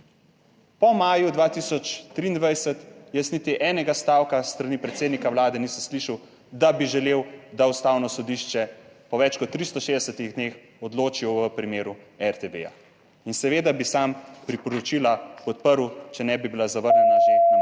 Po maju 2023 jaz niti enega stavka s strani predsednika Vlade nisem slišal, da bi želel, da Ustavno sodišče po več kot 360 dneh odloči v primeru RTV in seveda bi sam priporočila podprl, če ne bi bila zavrnjena že na matičnem